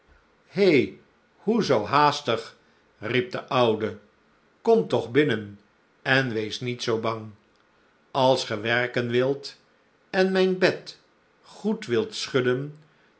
he hoe zoo haastig riep de oude kom toch binnen en wees niet zoo bang als ge werken wilt en mijn bed goed wilt schudden